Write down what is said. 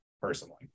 personally